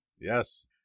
Yes